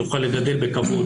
תוכל לגדל בכבוד,